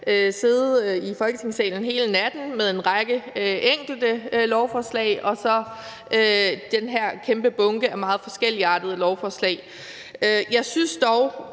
sidde i Folketingssalen hele natten med en række enkelte lovforslag og så sidde med den her kæmpe bunke af meget forskelligartede lovforslag. Jeg siger ikke,